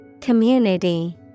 Community